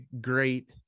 great